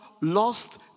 lost